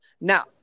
Now